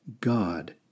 God